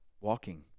walking